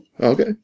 Okay